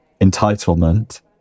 entitlement